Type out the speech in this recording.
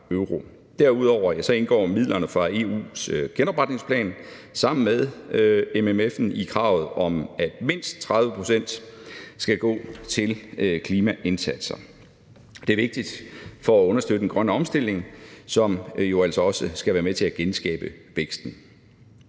Derudover indgår midlerne fra EU's genopretningsplan sammen med MFF'en i kravet om, at mindst 30 pct. skal gå til klimaindsatser. Det er vigtigt for at understøtte en grøn omstilling, som jo altså også skal være med til at genskabe væksten.